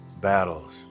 battles